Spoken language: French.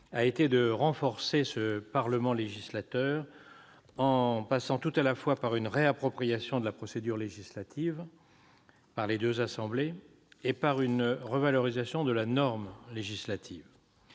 a été de renforcer le Parlement législateur, en passant tout à la fois par une réappropriation de la procédure législative par les deux assemblées et une revalorisation de la norme législative.